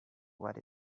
what